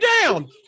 down